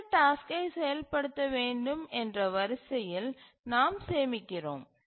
எந்த டாஸ்க்கை செயல்படுத்த வேண்டும் என்ற வரிசையில் நாம் சேமிக்கிறோம்